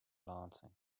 lancing